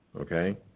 Okay